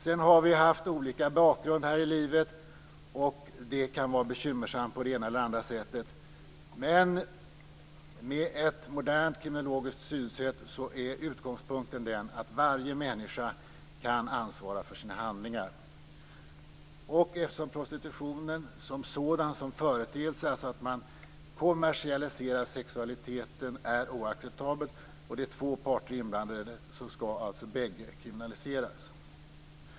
Vi har haft olika bakgrund här i livet, och det kan vara bekymmersamt på det ena eller andra sättet. Men med ett modernt kriminologiskt synsätt är utgångspunkten att varje människa kan ansvara för sina handlingar. Eftersom prostitutionen som företeelse, dvs. att man kommersialiserar sexualiteten, är oacceptabel och eftersom det är två parter inblandade skall bägge kriminaliseras.